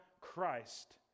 Christ